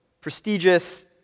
prestigious